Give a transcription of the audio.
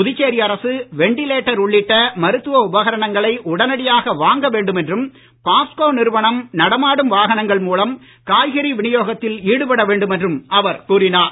புதுச்சேரி அரசு வென்டிலேட்டர் உள்ளிட்ட மருத்துவ உபகரணங்களை உடனடியாக வாங்க வேண்டும் என்றும் பாப்ஸ்கோ நிறுவனம் நடமாடும் வாகனங்கள் மூலம் காய்கறி விநியோகத்தில் ஈடுபட வேண்டும் என்றும் அவர் கூறினார்